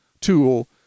tool